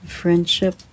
Friendship